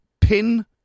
Pin